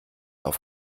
auf